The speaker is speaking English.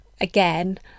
again